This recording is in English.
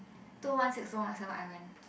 two O one six two O one seven I went